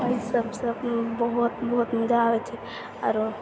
एहि सबसँ बहुत बहुत मजा आबै छै आरो